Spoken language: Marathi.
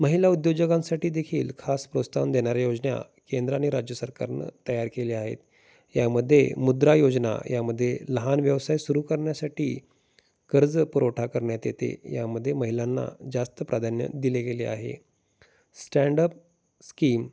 महिला उद्योजकांसाठी देखील खास प्रोत्साहन देणाऱ्या योजना केंद्राने राज्य सरकारनं तयार केले आहेत यामध्ये मुद्रा योजना यामध्ये लहान व्यवसाय सुरू करण्यासाठी कर्ज पुरवठा करण्यात येते यामध्ये महिलांना जास्त प्राधान्य दिले गेले आहे स्टँडअप स्कीम